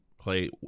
play